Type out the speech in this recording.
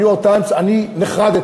ב"ניו-יורק טיימס" אני נחרדתי.